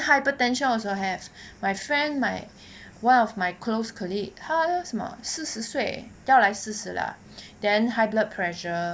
hypertension also have my friend my one of my close colleague 她什么四十岁要来四十 lah then high blood pressure